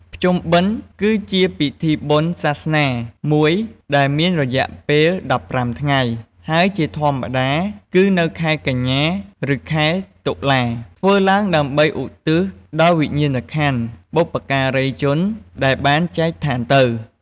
ភ្ជុំបិណ្ឌគឺជាពិធីបុណ្យសាសនាមួយដែលមានរយៈពេល ១៥ថ្ងៃ ហើយជាធម្មតាគឺនៅខែកញ្ញា ឬខែតុលា ធ្វើឡើងដើម្បីឧទ្ទិសដល់វិញ្ញាណក្ខន្ធបុព្វការីជនដែលបានចែកឋានទៅ។